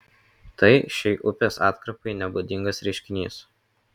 tai šiai upės atkarpai nebūdingas reiškinys